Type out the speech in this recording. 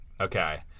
Okay